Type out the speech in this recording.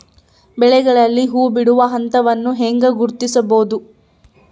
ಬೆಳೆಗಳಲ್ಲಿ ಹೂಬಿಡುವ ಹಂತವನ್ನು ಹೆಂಗ ಗುರ್ತಿಸಬೊದು?